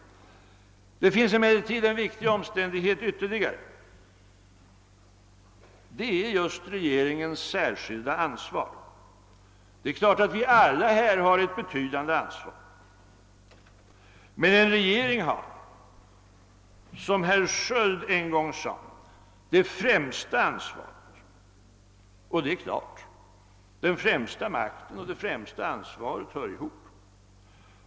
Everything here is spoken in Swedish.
Det finns emellertid en viktig omständighet ytterligare. Det är regeringens särskilda ansvar. Det är klart att vi alla här har ett betydande ansvar. Men en regering har, som herr Sköld en gång sade, det främsta ansvaret. Och det är klart, den främsta makten och det främsta ansvaret hör ihop.